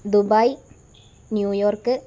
Dubai New York